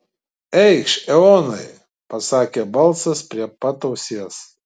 eikš eonai pasakė balsas prie pat ausies